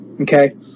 okay